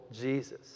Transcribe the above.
Jesus